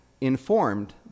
informed